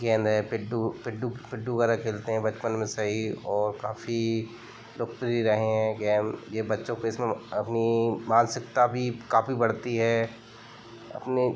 गेंद है पिड्डू पिड्डू पिड्डू वगैरह खेलते हैं बचपन में सही और काफ़ी लोकप्रिय रहे हैं गेम ये बच्चों को इसमें अपनी मानसिकता भी काफ़ी बढ़ती है अपनी